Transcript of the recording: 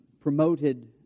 promoted